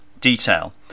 detail